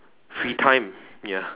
free time ya